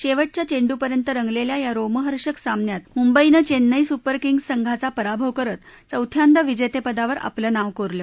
शैवटच्या येंडूपर्यंत रंगलेल्या या रोमहर्षक सामन्यात मुंबईनं चेन्नई सुपर किंग्ज संघाचा पराभव करत चौथ्यांदा विजेतेपदावर आपलं नाव कोरलं